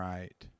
Right